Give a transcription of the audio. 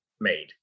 made